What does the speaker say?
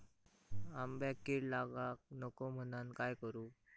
आंब्यक कीड लागाक नको म्हनान काय करू?